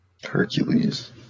Hercules